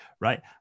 right